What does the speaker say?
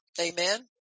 Amen